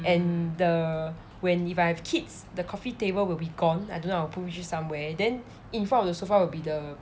and the when if I have kids the coffee table will be gone I don't know I will push it to somewhere then in front of the sofa will be the